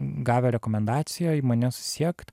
gavę rekomendacijoj mane susisiekt